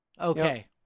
Okay